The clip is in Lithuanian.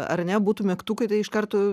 ar ne būtų mygtukai tai iš karto